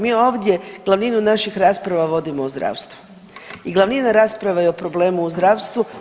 Mi ovdje glavninu naših rasprava vodimo o zdravstvu i glavna rasprava je o problemu u zdravstvu.